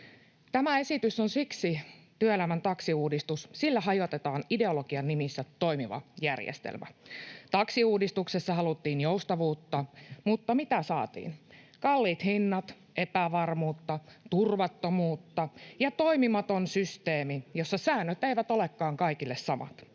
Tämä esitys on siksi työelämän taksiuudistus, koska sillä hajotetaan ideologian nimissä toimiva järjestelmä. Taksiuudistuksessa haluttiin joustavuutta, mutta mitä saatiin? Kalliit hinnat, epävarmuutta, turvattomuutta ja toimimaton systeemi, jossa säännöt eivät olekaan kaikille samat.